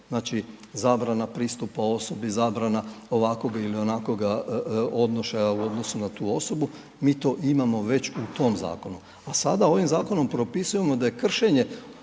znači zabrana pristupa osobi, zabrana ovakvog ili onakvog odnošaja u odnosu na tu osobu, mi to već imamo u tom zakonu. A sada ovim zakonom propisujemo da je kršenje